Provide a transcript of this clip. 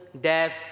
death